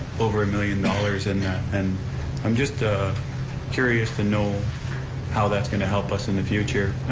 over a million dollars in that and i'm just curious to know how that's going to help us in the future,